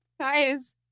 Guys